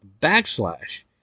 backslash